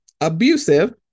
abusive